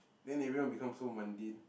then everyone become so mundane